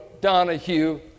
Donahue